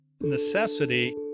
necessity